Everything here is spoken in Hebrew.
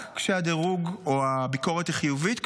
רק כשהביקורת היא חיובית.